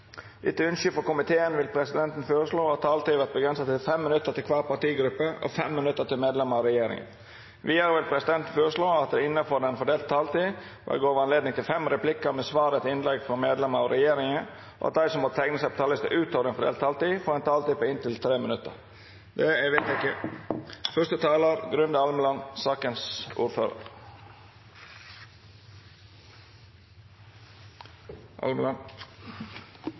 Etter ønske frå helse- og omsorgskomiteen vil presidenten føreslå at taletida vert avgrensa til 3 minutt til kvar partigruppe og 3 minutt til medlemer av regjeringa. Vidare vil presidenten føreslå at det – innanfor den fordelte taletida – vert gjeve anledning til fem replikkar med svar etter innlegg frå medlemer av regjeringa, og at dei som måtte teikna seg på talarlista utover den fordelte taletida, får ei taletid på inntil 3 minutt. – Det er vedteke.